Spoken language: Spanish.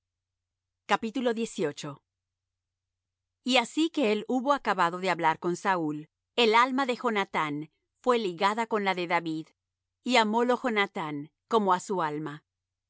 de beth-lehem y asi que él hubo acabado de hablar con saúl el alma de jonathán fué ligada con la de david y amólo jonathán como á su alma